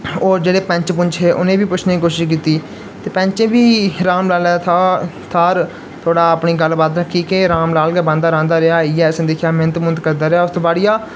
होर जेह्ड़े पैंच पुंच हे उ'नेंगी बी पुच्छने दी कोशश कीती ते पैंचें बी राम लालै था थाह्र थोह्ड़ी अपनी गल्ल रक्खी के राम लाल गै बांह्दा रांह्दा रेहा इ'यै असें दिक्खेआ मैह्नत मूह्नत करदे रेहा उस बाड़िया